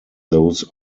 those